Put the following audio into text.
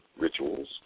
rituals